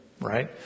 Right